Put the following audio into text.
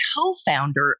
co-founder